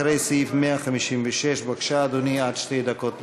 אחרי סעיף 156. בבקשה, אדוני, עד שתי דקות לרשותך.